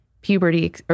puberty